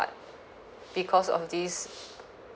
because of this